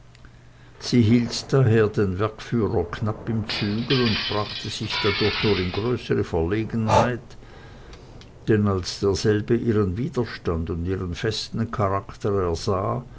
sie hielt daher den werkführer knapp im zügel und brachte sich dadurch nur in größere verlegenheit denn als derselbe ihren widerstand und ihren festen charakter ersah